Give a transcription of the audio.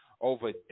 over